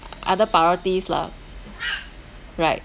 other priorities lah right